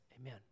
amen